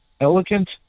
elegant